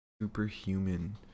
Superhuman